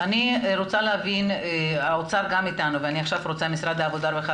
אני רוצה לשמוע עכשיו את משרד העבודה והרווחה